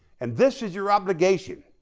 and this is your obligation.